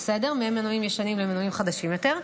ממנועים ישנים למנועים חדשים יותר,